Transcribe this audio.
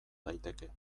daiteke